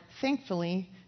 thankfully